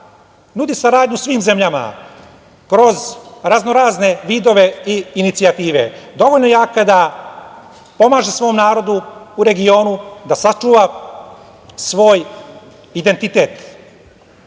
nudi saradnju svim zemljama kroz razno-razne vidove i inicijative. Dovoljno jaka da pomaže svom narodu u regionu da sačuva svoj identitet. Na